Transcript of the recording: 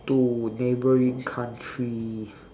to neighbouring country